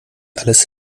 alles